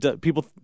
people